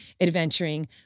adventuring